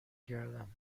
گردم